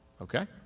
Okay